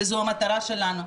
וזו המטרה שלנו.